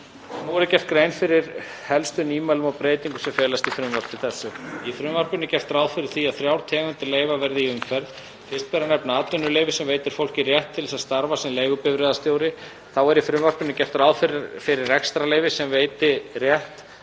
Nú verður gerð grein fyrir helstu nýmælum og breytingum sem felast í frumvarpi þessu. Í frumvarpinu er gert ráð fyrir því að þrjár tegundir leyfa verði í umferð. Fyrst ber að nefna atvinnuleyfi sem veitir fólki rétt til að starfa sem leigubifreiðastjórar. Þá er í frumvarpinu gert ráð fyrir rekstrarleyfi sem veiti rétt